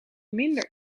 minder